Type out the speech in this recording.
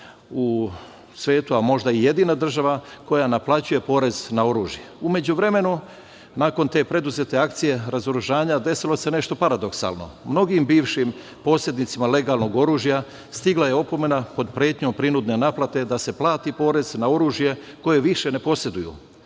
u svetu, a možda i jedina država koja naplaćuje porez na oružje. U međuvremenu nakon te preduzete akcije, razoružanja, desilo se nešto paradoksalno. Mnogim bivšim posednicima legalnog oružja, stigla je opomena pod pretnjom prinudne naplate da se plati porez na oružje koje više ne poseduju,